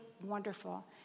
wonderful